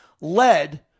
led